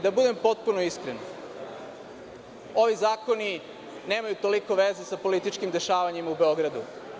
Da budem potpuno iskren, ovi zakoni nemaju toliko veze sa političkim dešavanjima u Beogradu.